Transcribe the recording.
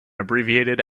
abbreviated